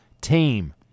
team